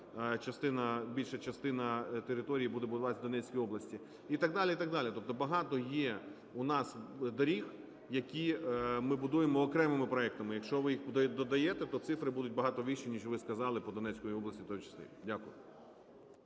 більша частина території буде будуватись в Донецькій області. І так далі, і так далі. Тобто багато є у нас доріг, які ми будуємо окремими проектами. Якщо ви їх додаєте, то цифри будуть багато вищі, ніж ви сказали по Донецькій області в